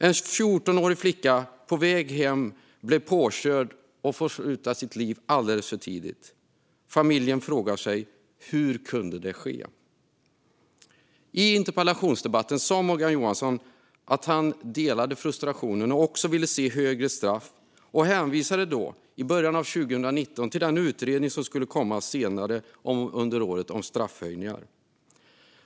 En 14-årig flicka på väg hem blev påkörd och fick sluta sitt liv alldeles för tidigt. Familjen frågar sig hur detta kunde ske. I interpellationsdebatten sa Morgan Johansson att han delade frustrationen och också ville se högre straff och hänvisade då, i början av 2019, till en utredning om straffhöjningar som skulle komma senare under året.